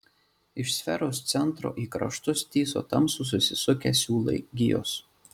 iš sferos centro į kraštus tįso tamsūs susisukę siūlai gijos